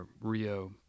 Rio